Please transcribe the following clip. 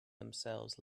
themselves